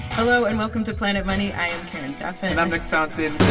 hello, and welcome to planet money. i am karen duffin and i'm nick fountain.